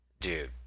dude